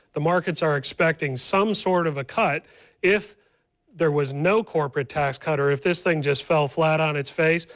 the markets are expecting some sort of a cut if there was no corporate tax cut or if this thing just fell flat on its face,